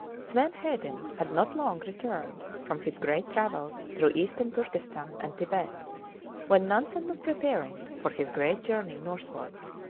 sven hedin had not long returned from his great travels through eastern turkestan and tibet when nansen was preparing for his great journey northwards.